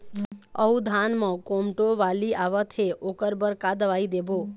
अऊ धान म कोमटो बाली आवत हे ओकर बर का दवई देबो?